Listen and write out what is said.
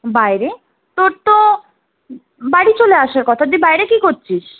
বাইরে তোর তো বাড়ি চলে আসার কথা তুই বাইরে কী করছিস